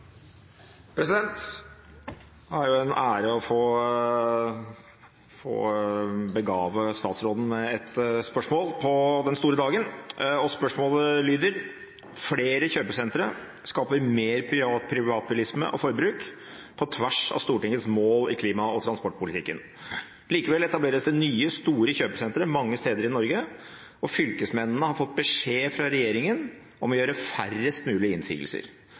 ære å få gi et spørsmål i gave til statsråden på den store dagen. Spørsmålet lyder: «Flere kjøpesentre skaper mer privatbilisme og forbruk, på tvers av Stortingets mål i klima- og transportpolitikken. Likevel etableres nye, store kjøpesentre mange steder i Norge, og fylkesmennene har fått beskjed fra regjeringen om å gjøre færrest mulige innsigelser.